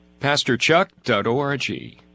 PastorChuck.org